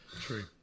True